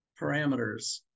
parameters